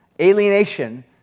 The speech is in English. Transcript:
alienation